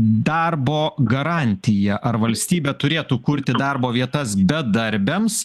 darbo garantiją ar valstybė turėtų kurti darbo vietas bedarbiams